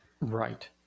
Right